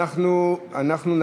מי בעד?